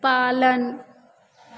पालन